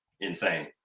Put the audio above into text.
insane